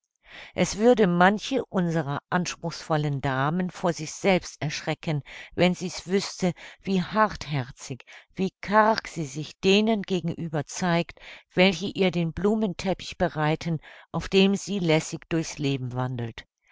es würde manche unserer anspruchsvollen damen vor sich selbst erschrecken wenn sie's wüßte wie hartherzig wie karg sie sich denen gegenüber zeigt welche ihr den blumenteppich bereiten auf dem sie lässig durch's leben wandelt